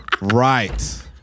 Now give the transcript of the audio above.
Right